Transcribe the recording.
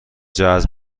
جذب